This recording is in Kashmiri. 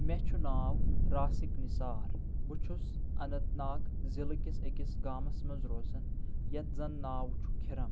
مےٚ چھُ ناو راسِک نِسار بہٕ چھُس اننتہٕ ناگ ضِلعہٕ کِس أکس گامس منٛز روزان یتھ زَن ناو چھُ کٕھرم